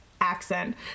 accent